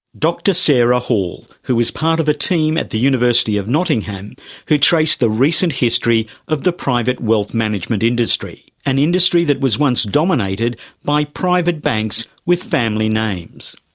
dr sarah hall, who was part of a team at the university of nottingham who traced the recent history of the private wealth management industry, an industry that was once dominated by private banks with family names.